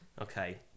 okay